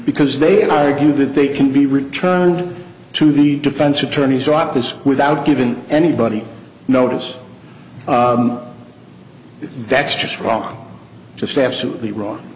because they argue that they can be returned to the defense attorney's office without giving anybody notice that's just wrong just absolutely wrong